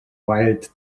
wild